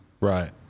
Right